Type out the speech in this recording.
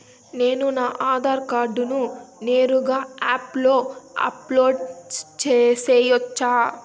నేను నా ఆధార్ కార్డును నేరుగా యాప్ లో అప్లోడ్ సేయొచ్చా?